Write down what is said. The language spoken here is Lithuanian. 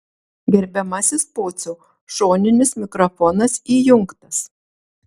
gerbiamasis pociau šoninis mikrofonas įjungtas